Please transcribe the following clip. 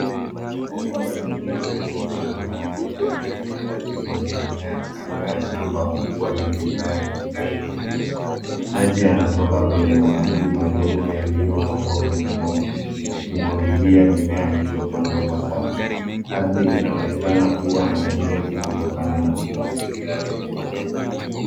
Bomba jeupe refu la maji ya umwagiliaji limeanea kando ya shamba kubwa la mimea ya kijani kibichi. Maji yanatoka kwenye matundu madogo yaliyopangwa kwenye bomba yakimwagilia mimea iliyopandwa kwa safu. Ardhi inaonekana kuwa na unyevu kutokana na umwagiliaji huu.